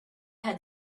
had